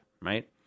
right